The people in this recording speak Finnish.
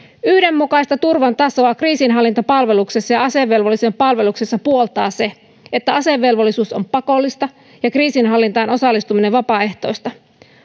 yhdenmukaista turvan tasoa kriisinhallintapalveluksessa ja asevelvollisen palveluksessa puoltaa se että asevelvollisuus on pakollista ja kriisinhallintaan osallistuminen vapaaehtoista